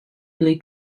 blue